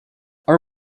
our